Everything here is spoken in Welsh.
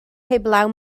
heblaw